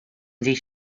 these